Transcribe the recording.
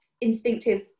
instinctive